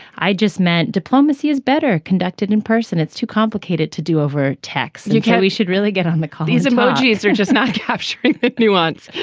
i just meant diplomacy is better conducted in person it's too complicated to do over text you can't we should really get on like ah these emojis you're just not capturing that nuance.